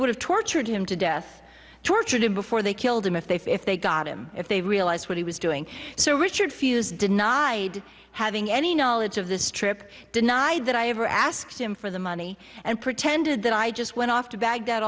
would have tortured him to death tortured him before they killed him if they feel if they got him if they realized what he was doing so richard fuz denied having any knowledge of this trip denied that i ever asked him for the money and pretended that i just went off to baghdad